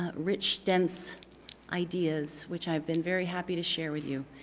ah rich, dense ideas, which i've been very happy to share with you.